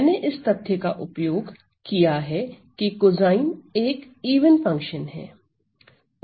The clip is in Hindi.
मैंने इस तथ्य का उपयोग किया है कि कोसाइन एक इवन फंक्शन है